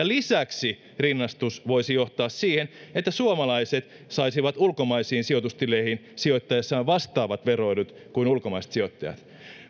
lisäksi rinnastus voisi johtaa siihen että suomalaiset saisivat ulkomaisiin sijoitustileihin sijoittaessaan vastaavat veroedut kuin ulkomaiset sijoittajat